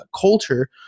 culture